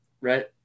right